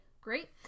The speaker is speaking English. great